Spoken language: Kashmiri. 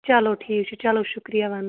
چلو ٹھیٖک چھُ چلو شُکریہ وَنُن